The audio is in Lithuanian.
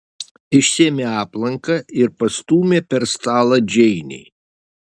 išėmė aplanką ir pastūmė per stalą džeinei